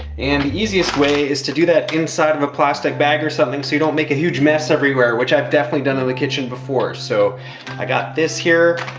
and the easiest way is to do that inside of a plastic bag or something. so you don't make a huge mess everywhere which i've definitely done in the kitchen before. so i got this here.